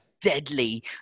deadly